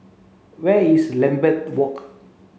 where is Lambeth Walk